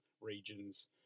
regions